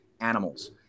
animals